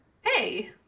Hey